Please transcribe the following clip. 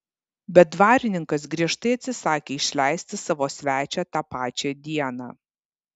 bet dvarininkas griežtai atsisakė išleisti savo svečią tą pačią dieną